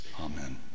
Amen